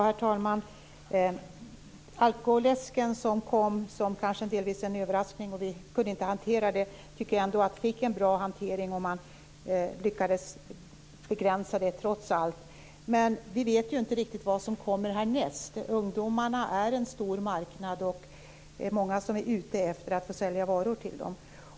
Herr talman! Alkoläsken kom delvis som en överraskning, som vi inte kunde hantera. Jag tycker ändå att den fick en bra hantering, och vi lyckades trots allt begränsa dess användning. Vi vet dock inte vad som kommer härnäst. Ungdomarna utgör en stor marknad, och det är många som är ute efter att få sälja varor till dem.